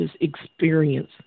experience